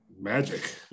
Magic